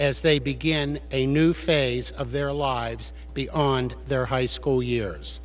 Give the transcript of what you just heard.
as they begin a new phase of their lives beyond their high school years